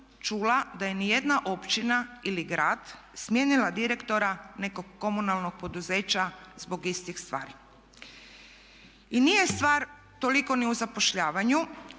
da je ni jedna općina ili grad smijenila direktora nekog komunalnog poduzeća zbog istih stvari. I nije stvar toliko ni u zapošljavanju,